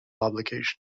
obligation